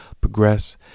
progress